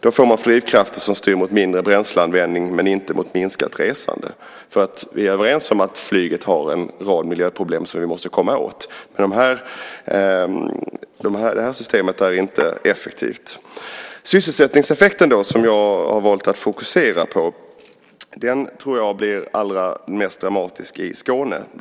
Då får man flygskatter som styr mot mindre bränsleanvändning men inte mot minskat resande. Vi är överens om att flyget har en rad miljöproblem som vi måste komma åt. Det här systemet är inte effektivt. Jag har valt att fokusera på sysselsättningseffekten. Den tror jag blir allra mest dramatisk i Skåne.